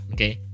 Okay